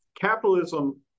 capitalism